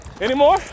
Anymore